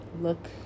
look